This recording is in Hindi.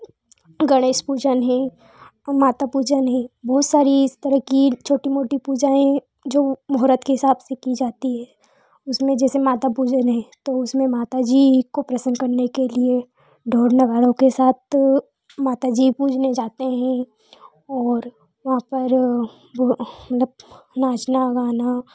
गणेश पूजन हैं माता पूजन है बहुत सारी इस तरह की छोटी मोटी पूजाएँ जो मुहूर्त के हिसाब से की जाती है उसमें जैसे माता पूजन हैं तो उसमें माता जी को प्रसन्न करने के लिए ढोल नगाड़ों के साथ माता जी पूजने जाते हैं और वहाँ पर वह मतलब नाचना गाना